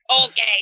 Okay